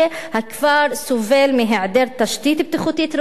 הכפר סובל מהיעדר תשתית בטיחותית ראויה,